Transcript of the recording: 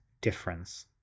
difference